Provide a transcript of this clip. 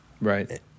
Right